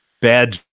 bad